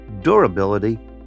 durability